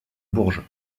bourges